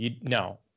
no